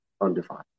undefined